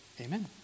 amen